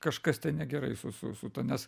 kažkas ten negerai su su su ta nes